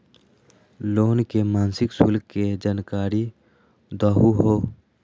Loan के मासिक शुल्क के जानकारी दहु हो?